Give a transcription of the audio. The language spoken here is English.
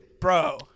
Bro